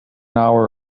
hour